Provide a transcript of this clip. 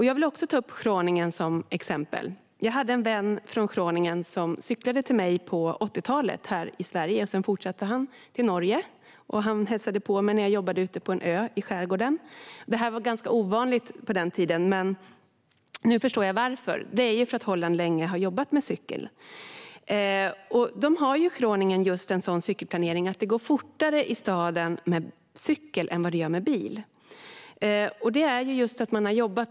Jag vill också ta upp Groningen som exempel. En vän till mig från Groningen cyklade på 80-talet hit till Sverige och hälsade på mig när jag jobbade på en ö ute i skärgården. Han fortsatte sedan till Norge. Det var ganska ovanligt att cykla så långt på den tiden. Men nu förstår jag varför; Holland har jobbat med cykling länge. I Groningen har man en sådan cykelplanering att det går fortare att cykla i staden än att färdas med bil.